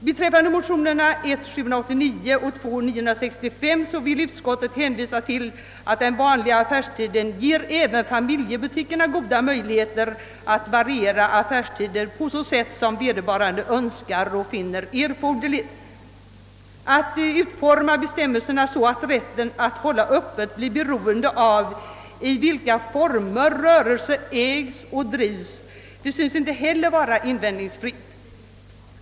Beträffande motionerna I1:789 och II: 965 vill utskottet hänvisa till att den vanliga affärstiden ger även familjebutikerna goda möjligheter att variera affärstiderna på sådant sätt som vederbörande ägare önskar och finner erforderligt. Att utforma bestämmelserna så, att rätten att hålla öppet blir beroende av i vilka former rörelse ägs och drivs synes inte heller vara invändningsfritt.